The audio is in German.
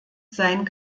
sein